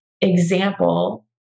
example